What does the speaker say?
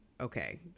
okay